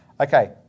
Okay